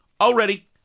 already